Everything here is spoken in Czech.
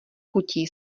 chutí